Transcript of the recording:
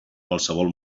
qualsevol